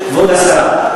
כבוד השרה,